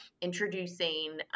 introducing